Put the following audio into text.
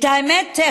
האמת,